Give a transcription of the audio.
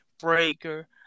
Breaker